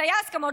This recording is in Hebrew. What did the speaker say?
היו הסכמות,